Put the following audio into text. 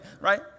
right